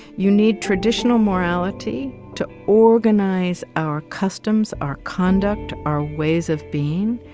you need traditional morality to organize our customs, our conduct, our ways of being.